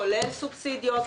כולל סובסידיות,